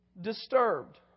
disturbed